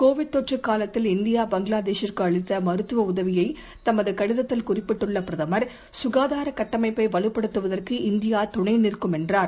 Covid தொற்றுகாலத்தில் India பங்களாதேஷூக்குஅளித்தமருத்துவஉதவியைதமதுகடிதத்தில் குறிப்பிட்டுள்ளபிரதமர் சுகாதாரகட்டமைப்பைவலுப்படுத்துவதற்கு இந்தியாதுணைநிற்கும் என்றார்